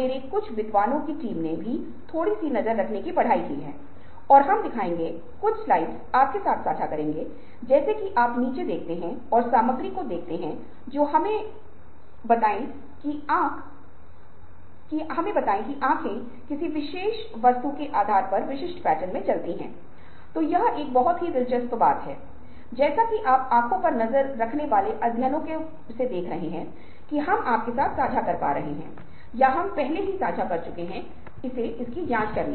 तो ये प्रतिक्रियाएं व्यक्तिगत उपहारों का मूल्यांकन 5 अंकों के पैमाने पर किया जाता है जो गुणवत्ता मौलिकता समय सीमा उत्तर के यथार्थवाद सकारात्मक परिणामों और नकारात्मक परिणामों और उपस्थिति की सामान्य सिद्धांतों की उपस्थिति के जटिलता और उपयोग के आधार पर उच्च से निम्न स्तर पर